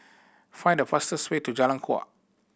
find the fastest way to Jalan Kuak